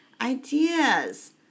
ideas